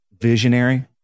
visionary